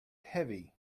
heavy